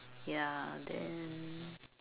ya then